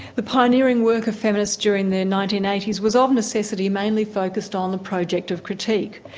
the pioneering work of feminists during the nineteen eighty s was ah of necessity, mainly focused on the project of critique,